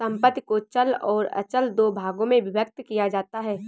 संपत्ति को चल और अचल दो भागों में विभक्त किया जाता है